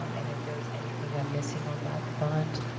um and if there's anything i'm missing on that front,